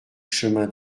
chemin